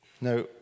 No